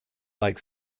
like